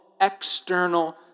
external